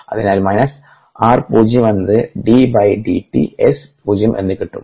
അതിനാൽ r0 എന്നത് ddt S0എന്ന് കിട്ടും